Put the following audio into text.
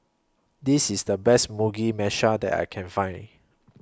This IS The Best Mugi Meshi that I Can Find